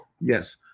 Yes